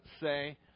say